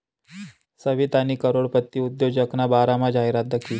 सवितानी करोडपती उद्योजकना बारामा जाहिरात दखी